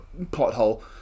pothole